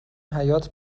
حیات